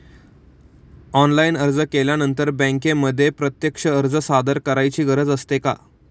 Online अर्ज केल्यानंतर बँकेमध्ये प्रत्यक्ष अर्ज सादर करायची गरज असते का?